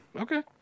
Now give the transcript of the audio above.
Okay